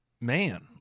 man